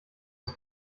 des